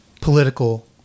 political